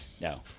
no